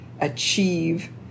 achieve